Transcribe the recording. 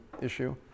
issue